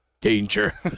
Danger